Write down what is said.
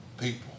People